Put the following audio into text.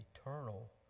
eternal